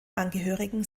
angehörigen